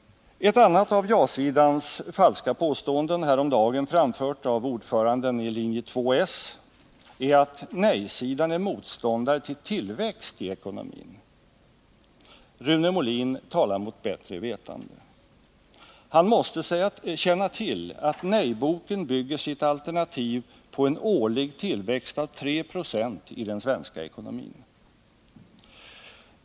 Ett annat av ja-sidans falska påståenden, häromdagen framfört av ordföranden i linje 2, s, är att nej-sidan är motståndare till tillväxt i ekonomin. Rune Molin talar mot bättre vetande. Han måste känna till att Nej-boken bygger sitt alternativ på en årlig tillväxt av 3 96 i den svenska ekonomin.